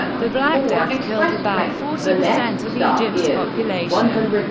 the black death killed about forty percent of egypt's population.